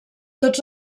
tots